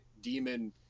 demon